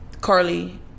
carly